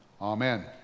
Amen